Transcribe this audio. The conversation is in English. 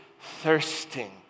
thirsting